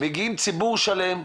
מגיע ציבור שלם,